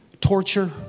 torture